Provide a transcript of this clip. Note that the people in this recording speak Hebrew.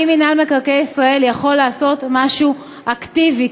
האם מינהל מקרקעי ישראל יכול לעשות משהו אקטיבי?